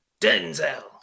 Denzel